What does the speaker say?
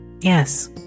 Yes